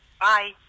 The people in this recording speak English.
Bye